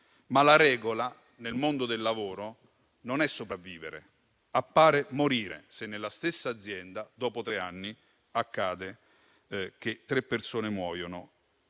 ma la regola nel mondo del lavoro non è sopravvivere, ma appare morire se, nella stessa azienda, dopo tre anni accade che tre persone muoiano